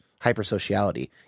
hypersociality